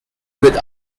with